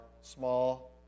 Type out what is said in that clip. small